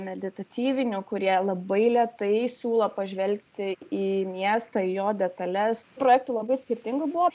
meditatyvinių kurie labai lėtai siūlo pažvelgti į miestą į jo detales projektų labai skirtingų buvo